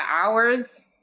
hours